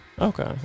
Okay